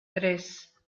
tres